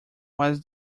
was